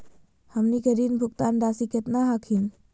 हमनी के ऋण भुगतान रासी केतना हखिन?